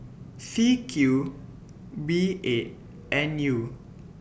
C Q B eight N U